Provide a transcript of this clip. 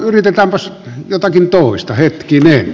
no yritetäänpä jotakin toista hetkinen